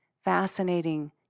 fascinating